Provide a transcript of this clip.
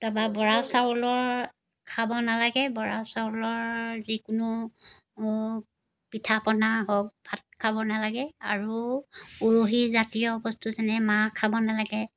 তাৰ পৰা বৰা চাউলৰ খাব নালাগে বৰা চাউলৰ যিকোনো পিঠা পনা হওক ভাত খাব নালাগে আৰু উৰহীজাতীয় বস্তু যেনে মাহ খাব নেলাগে